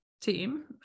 team